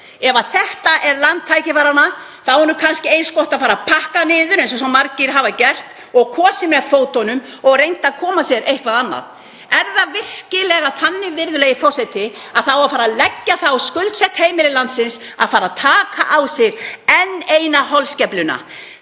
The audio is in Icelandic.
Ef þetta er land tækifæranna er kannski eins gott að fara að pakka niður eins og svo margir hafa gert; þeir sem hafa kosið með fótunum og reynt að koma sér eitthvað annað. Er það virkilega þannig, virðulegi forseti, að það á að fara að leggja það á skuldsett heimili landsins að taka enn eina holskefluna